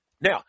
Now